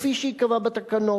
כפי שייקבע בתקנות".